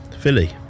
Philly